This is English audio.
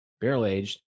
barrel-aged